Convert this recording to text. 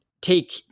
take